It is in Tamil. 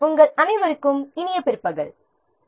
உங்கள் அனைவருக்கும் இனிய பிற்பகல் வணக்கம்